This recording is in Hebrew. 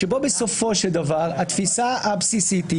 שבה בסופו של דבר התפיסה הבסיסית היא